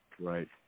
Right